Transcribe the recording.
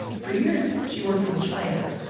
for years, she worked in china.